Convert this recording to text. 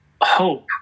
hope